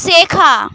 শেখা